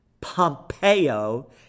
Pompeo